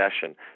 session